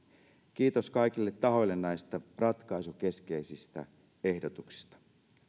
kiitos kaikille tahoille näistä ratkaisukeskeisistä ehdotuksista